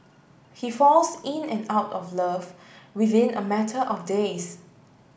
he falls in and out of love within a matter of days